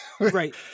Right